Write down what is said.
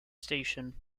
station